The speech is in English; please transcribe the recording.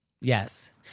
Yes